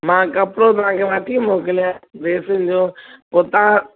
मां कपिड़ो तव्हांखे वठी मोकिलिया ड्रेसिनि जो पोइ तव्हां